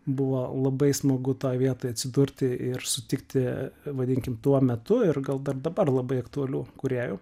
buvo labai smagu toj vietoj atsidurti ir sutikti vadinkime tuo metu ir gal dar dabar labai aktualių kūrėjų